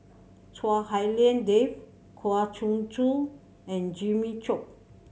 Chua Hak Lien Dave Kwa Geok Choo and Jimmy Chok